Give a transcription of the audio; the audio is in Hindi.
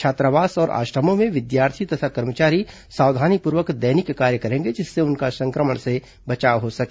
छात्रावास और आश्रमों में विद्यार्थी तथा कर्मचारी सावधानीपूर्वक दैनिक कार्य करेंगे जिससे उनका संक्र म ण से बचाव हो सके